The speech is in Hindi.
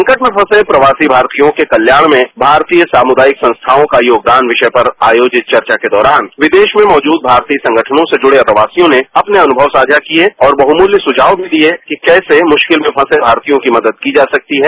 संकट में फसे प्रवासी भारतीयों के कल्याण में भारतीय सामुदायिक संस्थाओं का योगदान विषय पर आयोजित चर्चा के दौरान विदेश में मौजूद भारतीय संगठनों से जुड़े प्रवासियों ने अपने अनुभव साझा किए और बहुमूल्य सुझाव दिए कि कैसे मुश्किल में फत्ते भारतीयों की मदद की जा सकती है